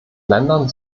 ländern